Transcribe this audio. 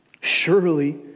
surely